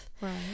Right